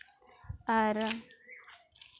ᱟᱨ